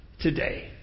today